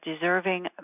deserving